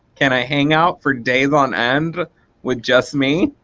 can i hang out for days on end with just me?